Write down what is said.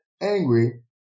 angry